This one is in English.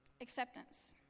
acceptance